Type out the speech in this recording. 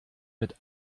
mit